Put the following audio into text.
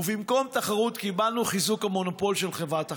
ובמקום תחרות קיבלנו חיזוק המונופול של חברת החשמל".